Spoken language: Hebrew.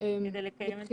כדי לקיים את הלימוד?